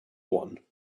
one